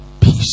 peace